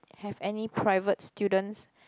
have any private students